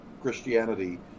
Christianity